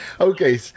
Okay